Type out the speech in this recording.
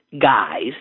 guys